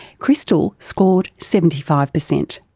christel scored seventy five percent.